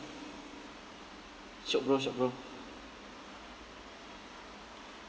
shiok bro shiok bro